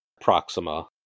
Proxima